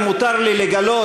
אם מותר לי לגלות,